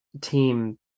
team